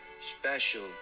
special